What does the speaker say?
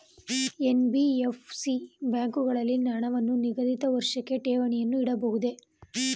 NBFC ಬ್ಯಾಂಕುಗಳಲ್ಲಿ ಹಣವನ್ನು ನಿಗದಿತ ವರ್ಷಕ್ಕೆ ಠೇವಣಿಯನ್ನು ಇಡಬಹುದೇ?